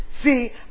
See